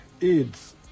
aids